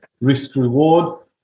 risk-reward